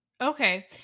Okay